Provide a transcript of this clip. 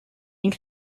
ink